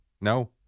No